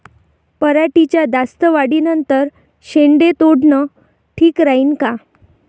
पराटीच्या जास्त वाढी नंतर शेंडे तोडनं ठीक राहीन का?